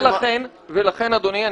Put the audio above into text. לכן אדוני,